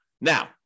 Now